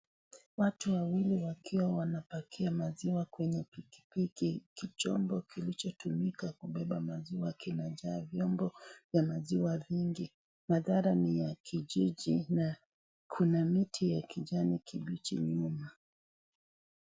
Watu wawili wakiwa wanapakia maziwa kwenye pikipiki, chombo kilichotumika kubeba maziwa kinajaa vyombo vya maziwa vingi, mandhara ni ya kijiji na kuna miti ya kijani kibichi nyuma.